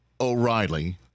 O'Reilly